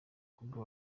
abakobwa